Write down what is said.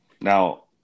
Now